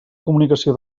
comunicació